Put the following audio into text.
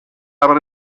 aber